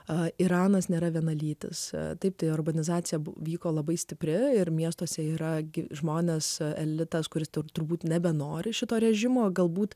a iranas nėra vienalytis taip tai organizacija buvo vyko labai stipria ir miestuose yra gi žmona su elitas kuris turbūt nebenori šito režimo galbūt